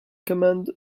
command